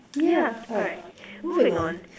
yeah alright moving on